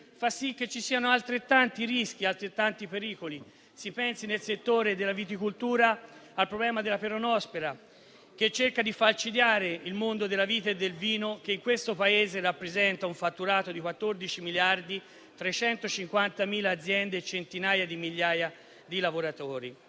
fa sì che ci siano altrettanti rischi ed altrettanti pericoli. Si pensi, nel settore della viticultura, al problema della peronospera, che cerca di falcidiare il mondo della vite e del vino, che in questo Paese rappresenta un fatturato di 14 miliardi, con 350.000 aziende e centinaia di migliaia di lavoratori.